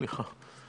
סליחה.